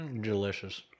Delicious